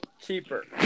keeper